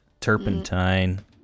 Turpentine